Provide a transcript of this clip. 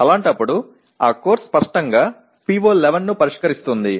అలాంటప్పుడు ఆ కోర్సు స్పష్టంగా PO 11 ను పరిష్కరిస్తుంది